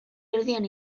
erdian